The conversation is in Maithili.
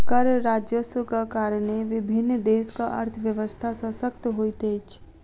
कर राजस्वक कारणेँ विभिन्न देशक अर्थव्यवस्था शशक्त होइत अछि